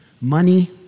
money